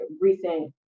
recent